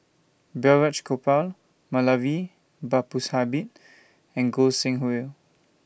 Balraj Gopal Moulavi Babu Sahib and Goi Seng Hui